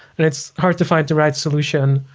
and it's hard to find the right solution,